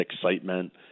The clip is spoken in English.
excitement